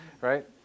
Right